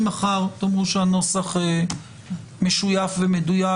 אם מחר תאמרו שהנוסח משויף ומדויק,